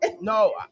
No